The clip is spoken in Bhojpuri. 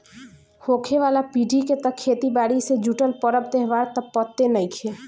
होखे वाला पीढ़ी के त खेती बारी से जुटल परब त्योहार त पते नएखे